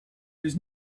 his